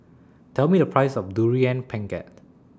Tell Me The Price of Durian Pengat